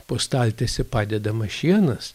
po staltiese padedamas šienas